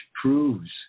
proves